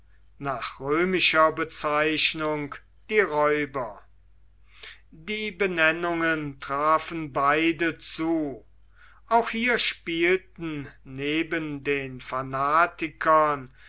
nach römischer bezeichnung die räuber die benennungen trafen beide zu auch hier spielten neben den